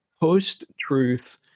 post-truth